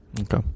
Okay